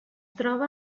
troba